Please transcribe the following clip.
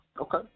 Okay